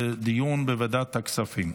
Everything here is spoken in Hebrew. לדיון בוועדת הכספים.